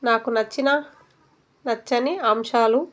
నాకు నచ్చిన నచ్చని అంశాలు